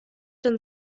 denn